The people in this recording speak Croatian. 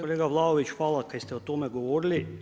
Kolega Vlaović, hvala kaj ste o tome govorili.